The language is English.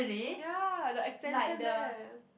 ya the extension there